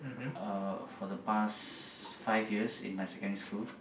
uh for the past five years in my secondary school